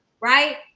right